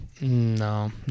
No